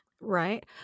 Right